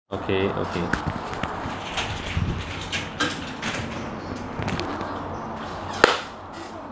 okay okay